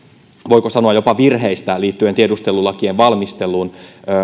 voiko jopa sanoa virheistä liittyen tiedustelulakien valmisteluun